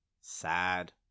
sad